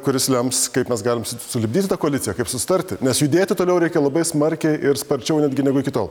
kuris lems kaip mes galim su sulipdyta koalicija kaip susitarti nes judėti toliau reikia labai smarkiai ir sparčiau netgi negu iki tol